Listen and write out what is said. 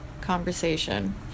conversation